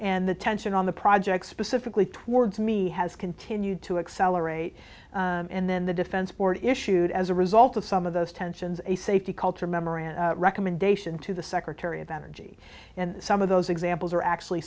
and the tension on the project specifically towards me has continued to accelerate and then the defense board issued as a result of some of those tensions a safety culture memoranda recommendation to the secretary of energy and some of those examples are actually